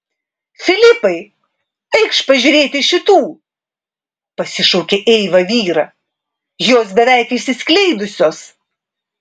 filipai eikš pažiūrėti šitų pasišaukė eiva vyrą jos beveik išsiskleidusios